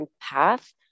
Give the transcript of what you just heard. path